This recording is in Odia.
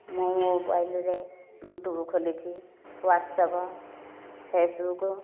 ମୁଁ ମୋବାଇଲରେ ୟୁଟ୍ୟୁବ ଖୋଲିଛି ୱାଟସ୍ଅପ ଫେସ୍ବୁକ